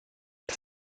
das